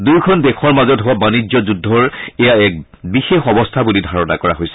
দুয়োখন দেশৰ মাজত হোৱা বাণিজ্য ডুদ্ধৰ এযা এক বিশেষ অৱস্থা বুলি ধাৰণা কৰা হৈছে